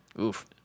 Oof